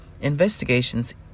Investigations